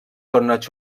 torneig